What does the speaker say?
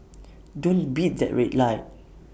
don't beat that red light